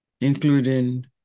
including